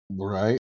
right